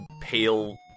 pale